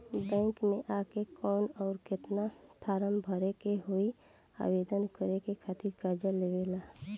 Bank मे आ के कौन और केतना फारम भरे के होयी आवेदन करे के खातिर कर्जा लेवे ला?